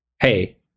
hey